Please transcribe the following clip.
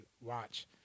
watch